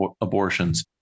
abortions